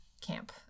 camp